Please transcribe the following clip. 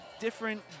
different